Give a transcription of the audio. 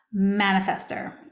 manifester